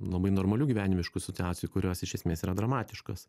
labai normalių gyvenimiškų situacijų kurios iš esmės yra dramatiškos